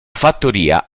fattoria